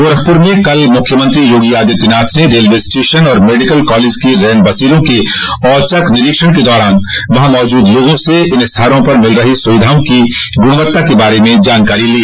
गोरखपुर में कल मुख्यमंत्री योगी आदित्यनाथ ने रेलवे स्टेशन और मेडिकल कॉलेज के रैन बसेरों के औचक निरीक्षण के दौरान वहां मौजूद लोगों से इन स्थानों पर मिल रही सुविधाओं की गुणवत्ता के बारे में जानकारी ली